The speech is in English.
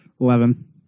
Eleven